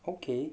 okay